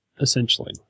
essentially